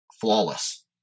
flawless